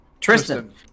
Tristan